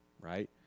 right